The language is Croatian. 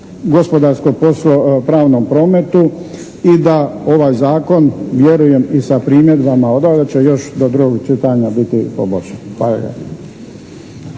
gospodarsko-pravnom prometu i da ovaj Zakon vjerujem i sa primjedbama valjda će još do drugog čitanja biti poboljšan.